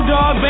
Dog